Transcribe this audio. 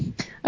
okay